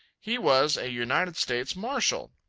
he was a united states marshal.